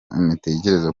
mutekereza